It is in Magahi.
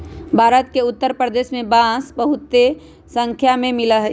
भारत के उत्तर पूर्व में बांस बहुत स्नाख्या में मिला हई